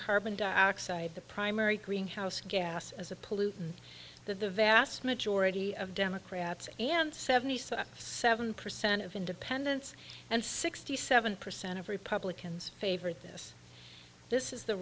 carbon dioxide the primary greenhouse gas as a pollutant that the vast majority of democrats and seventy six seven percent of independents and sixty seven percent of republicans favor this this is the